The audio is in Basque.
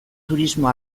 turismo